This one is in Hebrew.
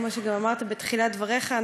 כמו שגם אמרת בתחילת דבריך,